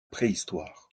préhistoire